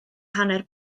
hanner